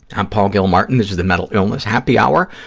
i'm paul gilmartin. this is the mental illness happy hour,